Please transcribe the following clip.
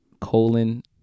colon